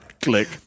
Click